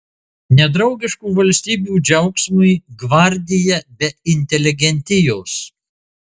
nedraugiškų valstybių džiaugsmui gvardija be inteligentijos